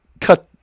cut